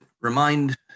remind